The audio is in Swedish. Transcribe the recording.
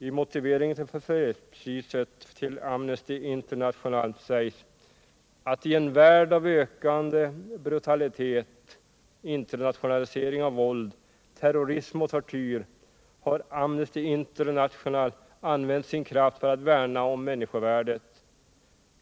I motiveringen för fredspriset till Amnesty International sägs att ”i en värld av ökande brutalitet, internationalisering av våld, terrorism och tortyr har Amnesty International använt sin kraft för att värna om människovärdet.